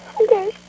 Okay